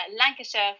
Lancashire